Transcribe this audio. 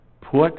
Put